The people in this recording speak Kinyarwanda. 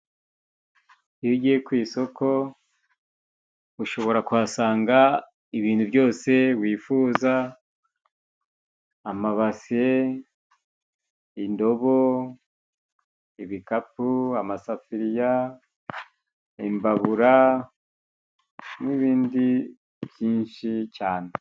Iyo ugiye ku isoko ushobora kuhasanga ibintu byose wifuza : amabasi, indobo, ibikapu ,amasafuriya, imbabura, n'ibindi byinshi cyane.